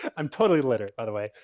i'm totally literate, by the way.